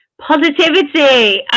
Positivity